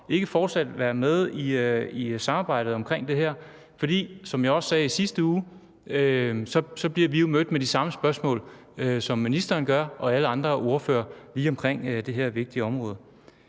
inddraget og være med i samarbejdet omkring det her, for som jeg også sagde i sidste uge, bliver vi mødt med de samme spørgsmål, som ministeren gør, om det her vigtige område.